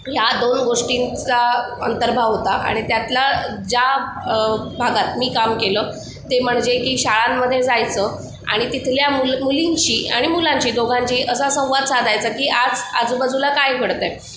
ह्या दोन गोष्टींचा अंतर्भाव होता आणि त्यातला ज्या भागात मी काम केलं ते म्हणजे की शाळांमध्ये जायचं आणि तिथल्या मुलं मुलींशी आणि मुलांशी दोघांशी असा संवाद साधायचा की आज आजूबाजूला काय घडतं आहे